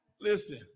Listen